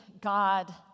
God